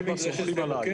הישיבה ננעלה בשעה